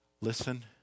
Listen